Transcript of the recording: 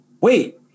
wait